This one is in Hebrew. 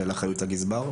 של אחריות הגזבר,